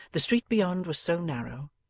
the street beyond was so narrow,